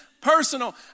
personal